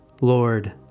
Lord